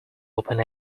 open